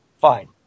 fine